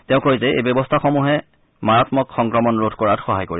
তেওঁ কয় যে এই ব্যৱস্থাসমূহে এই মাৰাম্মক সংক্ৰমণ ৰোধ কৰাত সহায় কৰিব